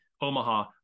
Omaha